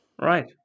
Right